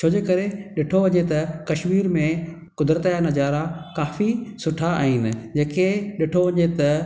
छो जे करे ॾिठो वञे त कशमीर में कुदरत जा नज़ारा काफ़ी सुठा आहिनि जेके ॾिठो वञे त